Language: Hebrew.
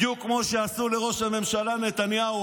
בדיוק כמו שעשו לראש הממשלה נתניהו,